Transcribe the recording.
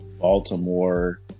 Baltimore